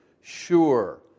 sure